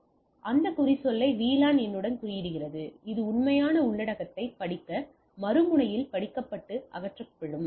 எனவே VLAN அந்த குறிச்சொல்லை VLAN எண்ணுடன் குறியிடுகிறது இது உண்மையான உள்ளடக்கத்தைப் படிக்க மறுமுனையில் படிக்கப்பட்டு அகற்றப்படும்